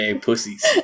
pussies